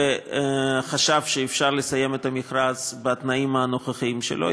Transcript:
וחשב שאפשר לסיים את המכרז בתנאים הנוכחיים שלו.